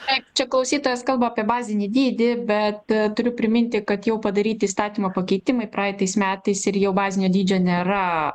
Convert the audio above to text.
taip čia klausytojas kalba apie bazinį dydį bet turiu priminti kad jau padaryti įstatymo pakeitimai praeitais metais ir jau bazinio dydžio nėra